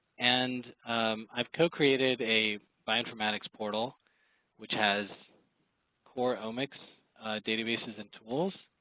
and i've co-created a bioinformatics portal which has core omics databases and tools